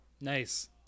Nice